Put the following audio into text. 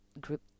group